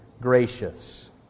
gracious